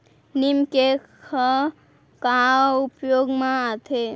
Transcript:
नीम cake ह का उपयोग मा आथे?